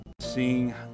seeing